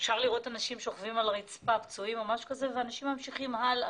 אפשר לראות אנשים פצועים שוכבים על הרצפה ואנשים ממשיכים הלאה.